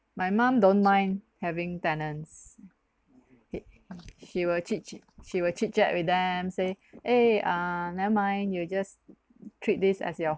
my mum don't mind having tenants he she will chit chit she will chit chat with them say eh uh never mind you just treat this as your